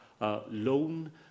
loan